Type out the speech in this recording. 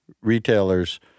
retailers